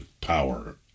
power